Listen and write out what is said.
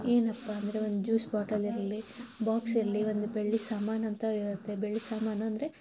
ಏನಪ್ಪ ಅಂದರೆ ಒಂದು ಜ್ಯೂಸ್ ಬಾಟಲ್ ಇರಲಿ ಬಾಕ್ಸ್ ಇರಲಿ ಒಂದು ಬೆಳ್ಳಿ ಸಾಮಾನು ಅಂತ ಇರುತ್ತೆ ಬೆಳ್ಳಿ ಸಾಮಾನು ಅಂದರೆ